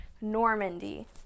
Normandy